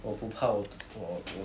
我不怕我我